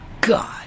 god